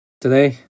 Today